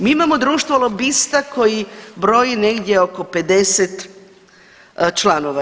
Mi imamo društvo lobista koji broji negdje oko 50 članova.